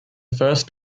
first